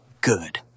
good